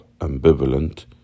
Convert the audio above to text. ambivalent